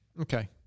Okay